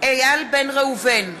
איל בן ראובן,